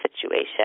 situation